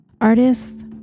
artists